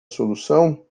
solução